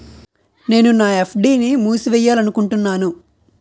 నేను నా ఎఫ్.డి ని మూసివేయాలనుకుంటున్నాను